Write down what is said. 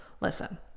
Listen